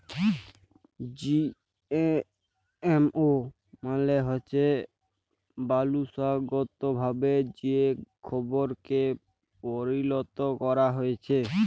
GMO মালে হচ্যে বংশালুগতভাবে যে খাবারকে পরিলত ক্যরা হ্যয়েছে